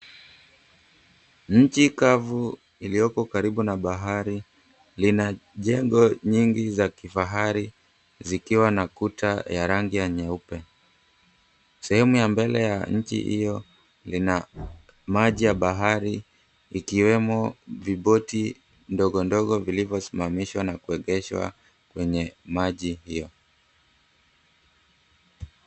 Nchi kavu iliyoko karibu na bahari lina jengo nyingi za kifahari zikiwa na kuta ya rangi ya nyeupe. Sehemu ya mbele ya nchi hiyo lina maji ya bahari ikiwemo viboti ndogondogo vilivyosimamishwa na kuegeshwa kwenye maji hiyo.